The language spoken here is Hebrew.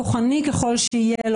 כוחני ככל שיהיה,